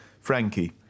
Frankie